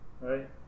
right